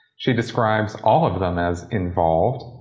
she describes all of them as involved,